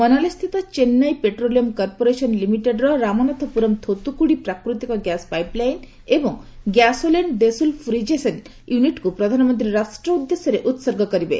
ମନାଲିସ୍ଥିତ Chennai petroleum corporation ଲିମିଟେଡର ରାମାନାଥପୁରମ୍ ଥୋଥୁକୁଡି ପ୍ରାକୃତିକ gas pipeline ଏବଂ ଗ୍ୟାସୋଲିନ୍ ଡେସୁଲଫୁରିଜେସନ୍ ୟୁନିଟ୍କୁ ପ୍ରଧାନମନ୍ତ୍ରୀ ରାଷ୍ଟ୍ର ଉଦ୍ଦେଶ୍ୟରେ ଉତ୍ସର୍ଗ କରିବେ